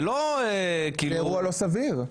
זה אירוע לא סביר.